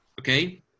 Okay